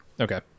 okay